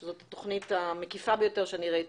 שזאת התוכנית המקיפה ביותר שאני ראיתי,